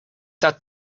that